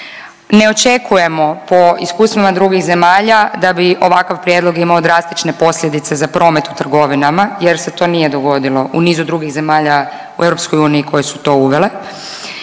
Ne očekujemo po iskustvima drugih zemalja da bi ovakav prijedlog imao drastične posljedice za promet u trgovinama jer se to nije dogodilo u nizu drugih zemalja u EU koje su to uvele.